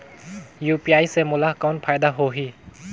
UPI से मोला कौन फायदा होही?